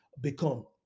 become